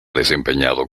desempeñado